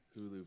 Hulu